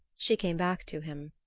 she came back to him.